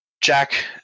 Jack